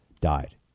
died